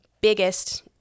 biggest